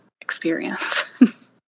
experience